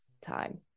time